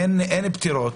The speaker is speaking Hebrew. אין פטירות.